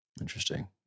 Interesting